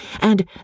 and